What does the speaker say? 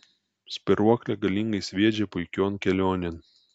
spyruoklė galingai sviedžia puikion kelionėn